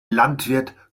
landwirt